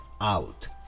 out